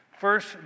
First